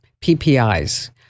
ppi's